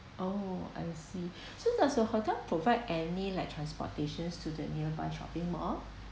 oh I see so does your hotel provide any like transportation to the nearby shopping mall